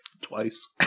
Twice